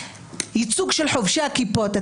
ייצוג של חובשי הכיפות.